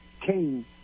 king